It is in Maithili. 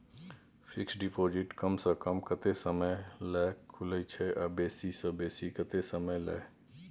फिक्सड डिपॉजिट कम स कम कत्ते समय ल खुले छै आ बेसी स बेसी केत्ते समय ल?